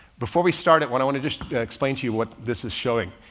before we start at one, i want to just explain to you what this is showing.